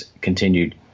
continued